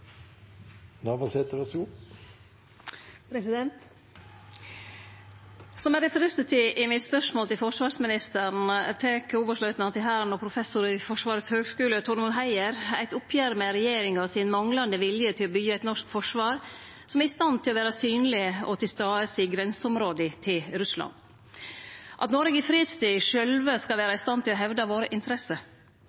Som eg refererte til i mitt spørsmål til forsvarsministeren, tek oberstløytnant i Hæren og professor ved Forsvarets høgskule Tormod Heier eit oppgjer med regjeringa sin manglande vilje til å byggje eit norsk forsvar som er stand til å vere synleg og til stades i grenseområda til Russland, at Noreg i fredstid sjølve skal